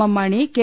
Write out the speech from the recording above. M Mani K